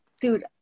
Dude